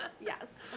Yes